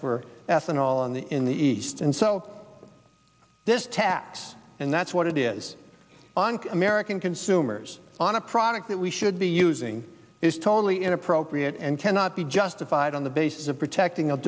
ethanol in the in the east and so this tax and that's what it is an american consumers on a product that we should be using is totally inappropriate and cannot be justified on the basis of protecting a